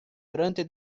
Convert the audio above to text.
durante